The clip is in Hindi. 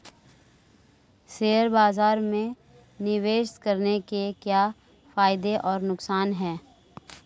शेयर बाज़ार में निवेश करने के क्या फायदे और नुकसान हैं?